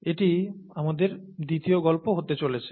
এটি আমাদের দ্বিতীয় গল্প কাহিনী হতে চলেছে